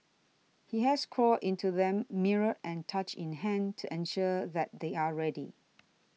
he has crawled into them mirror and torch in hand to ensure that they are ready